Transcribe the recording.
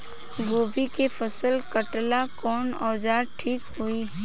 गोभी के फसल काटेला कवन औजार ठीक होई?